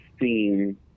theme